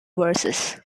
verses